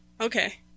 Okay